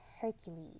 Hercules